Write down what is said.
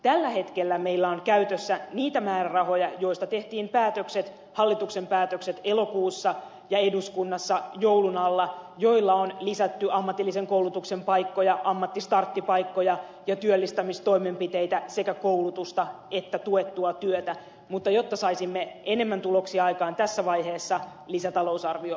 tällä hetkellä meillä on käytössä niitä määrärahoja joista tehtiin hallituksen päätökset elokuussa ja eduskunnassa joulun alla joilla on lisätty ammatillisen koulutuksen paikkoja ammattistarttipaikkoja ja työllistämistoimenpiteitä sekä koulutusta että tuettua työtä mutta jotta saisimme enemmän tuloksia aikaan tässä vaiheessa lisätalousarvio laaditaan